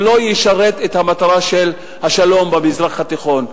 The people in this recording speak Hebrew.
זה לא ישרת את המטרה של השלום במזרח התיכון.